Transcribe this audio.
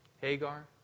Hagar